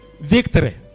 victory